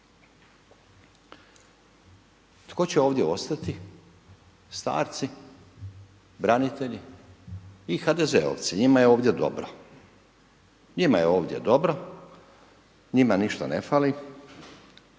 Tko će ovdje ostati? Starci, branitelji i HDZ-ovci, njima je ovdje dobro. Njima je ovdje dobro, njima ništa ne fali,